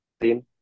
team